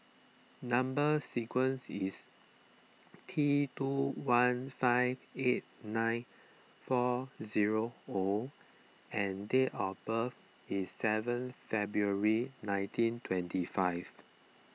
Number Sequence is T two one five eight nine four zero O and date of birth is seven February nineteen twenty five